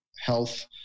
health